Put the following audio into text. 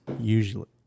usually